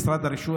משרד הרישוי,